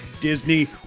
Disney